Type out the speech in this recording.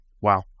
Wow